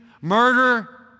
murder